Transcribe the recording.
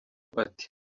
ati